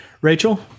Rachel